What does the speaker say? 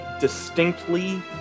distinctly